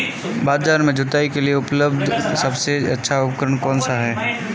बाजार में जुताई के लिए उपलब्ध सबसे अच्छा उपकरण कौन सा है?